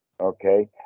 okay